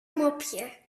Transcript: mopje